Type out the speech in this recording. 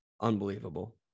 Unbelievable